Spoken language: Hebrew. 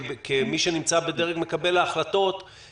כמי שנמצא בדרג מקבלי ההחלטות,